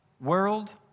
world